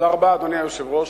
אדוני היושב-ראש,